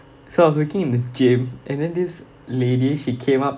so I was working in the gym and then this lady she came up